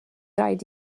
rhaid